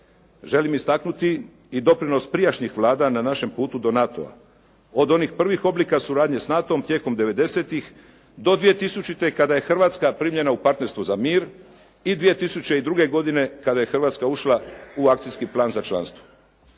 Želim istaknuti i doprinos prijašnjih Vlada na našem putu do NATO-a, od onih prvih oblika suradnje s NATO-om tijekom devedesetih do 2000. kada je Hrvatska primljena u Partnerstvo za mir i 2002. godine kada je Hrvatska ušla u akcijski plan za članstvo.